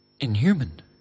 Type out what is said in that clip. inhuman